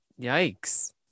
Yikes